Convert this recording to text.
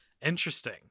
Interesting